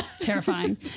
Terrifying